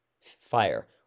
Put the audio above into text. Fire